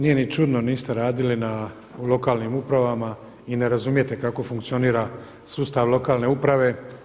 Nije ni čudno, niste radili u lokalnim upravama i ne razumijete kako funkcionira sustav lokalne uprave.